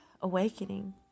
awakening